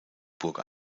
burg